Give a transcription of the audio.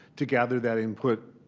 to gather that input,